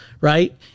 right